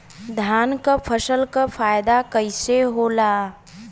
धान क फसल क फायदा कईसे होला?